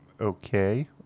okay